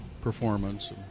performance